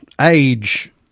age